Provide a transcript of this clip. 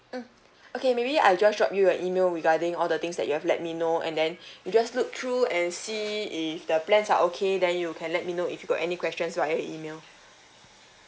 mm okay maybe I'll just drop you an email regarding all the things that you have let me know and then you just look through and see if the plans are okay then you can let me know if you got any questions via email